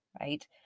right